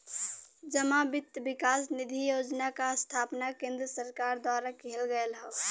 जमा वित्त विकास निधि योजना क स्थापना केन्द्र सरकार द्वारा किहल गयल हौ